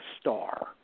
star